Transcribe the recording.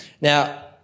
Now